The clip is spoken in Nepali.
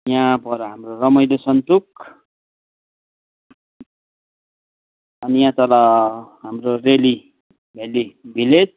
यहाँ पर हाम्रो रमाइलो सन्तुक अनि यहाँ तल हाम्रो रेली भ्याल्ली भिलेज